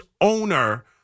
owner